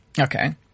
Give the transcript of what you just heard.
Okay